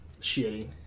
shitty